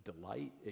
delight